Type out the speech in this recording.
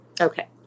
Okay